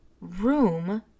room